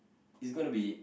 it's gonna be